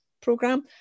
program